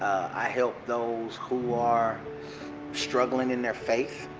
i help those who are struggling in their faith.